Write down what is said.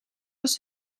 was